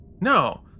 No